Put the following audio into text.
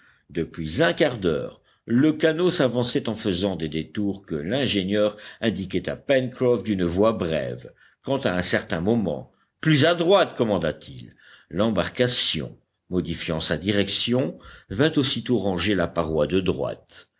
depuis un quart d'heure le canot s'avançait en faisant des détours que l'ingénieur indiquait à pencroff d'une voix brève quand à un certain moment plus à droite commanda-t-il l'embarcation modifiant sa direction vint aussitôt ranger la paroi de droite